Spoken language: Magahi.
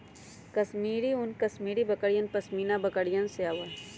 कश्मीरी ऊन कश्मीरी बकरियन, पश्मीना बकरिवन से आवा हई